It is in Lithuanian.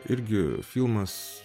irgi filmas